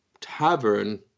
tavern